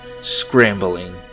scrambling